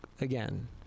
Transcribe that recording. again